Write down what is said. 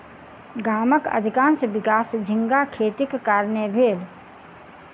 गामक अधिकाँश विकास झींगा खेतीक कारणेँ भेल